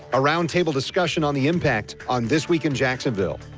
a roundtable discussion on the impact on this week in jacksonville.